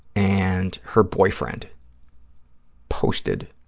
and her boyfriend posted